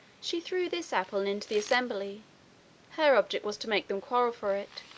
she threw this apple into the assembly her object was to make them quarrel for it.